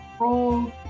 roll